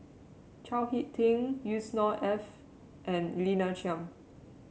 Chao HicK Tin Yusnor Ef and Lina Chiam